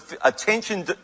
attention